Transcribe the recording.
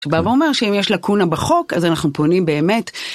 הוא בא ואומר שאם יש לקונה בחוק אז אנחנו פונים באמת.